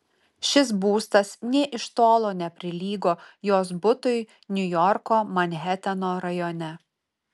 šis būstas nė iš tolo neprilygo jos butui niujorko manheteno rajone